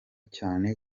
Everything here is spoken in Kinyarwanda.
cyane